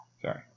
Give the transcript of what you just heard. Sorry